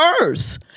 earth